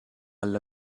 alla